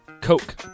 Coke